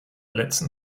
letzten